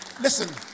Listen